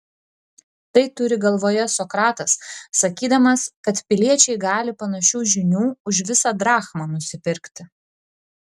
tai turi galvoje sokratas sakydamas kad piliečiai gali panašių žinių už visą drachmą nusipirkti